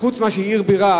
חוץ מזה שהיא עיר בירה,